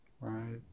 Right